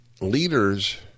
leaders